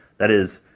that is,